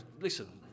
listen